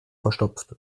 verstopft